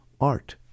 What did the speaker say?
art